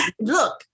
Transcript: Look